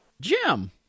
Jim